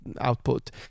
output